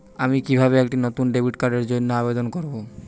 আমি কিভাবে একটি নতুন ডেবিট কার্ডের জন্য আবেদন করব?